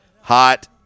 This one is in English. hot